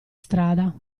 strada